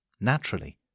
naturally